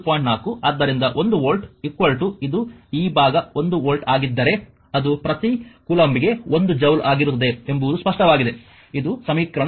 4 ಆದ್ದರಿಂದ 1 ವೋಲ್ಟ್ ಇದು ಈ ಭಾಗ 1 ವೋಲ್ಟ್ ಆಗಿದ್ದರೆ ಅದು ಪ್ರತಿ ಕೂಲಂಬ್ಗೆ 1 ಜೌಲ್ ಆಗಿರುತ್ತದೆ ಎಂಬುದು ಸ್ಪಷ್ಟವಾಗಿದೆ ಇದು ಸಮೀಕರಣ 1